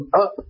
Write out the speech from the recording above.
up